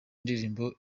indirimbo